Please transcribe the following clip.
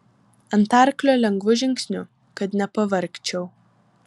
ant arklio lengvu žingsniu kad nepavargčiau